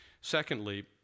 Secondly